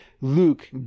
luke